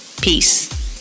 Peace